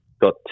Got